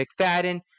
McFadden